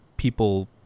people